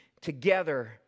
together